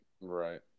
Right